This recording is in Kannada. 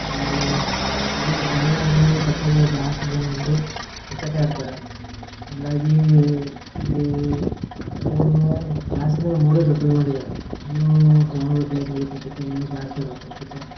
ಮತ್ತು ಆಮೇಲೆ ಇಲ್ಲಿ ಕಾಮನ್ನಾಗಿ ಕೊಪ್ಪಳದಾಗ ಜಾಸ್ತಿ ಜನ ಎಲ್ಲರೂ ಕ್ರಿಕೆಟೇ ಆಡ್ತಾರೆ ಹಾಗಾಗಿ ಇಲ್ಲಿ ಮೂರು ಮೇ ಜಾಸ್ತಿ ಅಂದರೆ ಮೂರೇ ದೊಡ್ಡ ಗ್ರೌಂಡ್ ಇದ್ದಾವೆ ಇನ್ನೂ ಗ್ರೌಂಡುಗಳು ಬೇಕಾಗುತ್ತೆ ಅನಿಸುತ್ತೆ ಇನ್ನು ಜಾಸ್ತಿ ಇರಬೇಕು ಅನಿಸುತ್ತೆ